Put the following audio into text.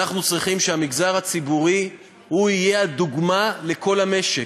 אנחנו צריכים שהמגזר הציבורי יהיה הדוגמה לכל המשק.